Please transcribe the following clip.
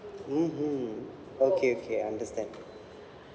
mmhmm okay okay understand